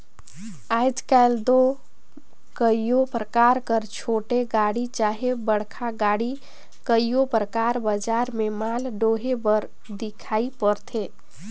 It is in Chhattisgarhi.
आएज काएल दो कइयो परकार कर छोटे गाड़ी चहे बड़खा गाड़ी कइयो परकार बजार में माल डोहे बर दिखई परथे